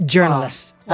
Journalists